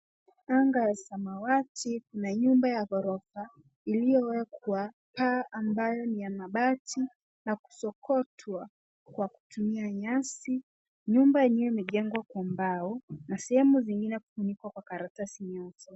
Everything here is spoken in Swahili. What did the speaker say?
Anga ya samawati. Kuna nyumba ya ghorofa iliyowekwa paa ambayo ni ya mabati na kusokotwa kwa kutumia nyasi . Nyumba yenyewe imejengwa kwa mbao na sehemu zingine kufunikwa kwa karatasi nyeusi.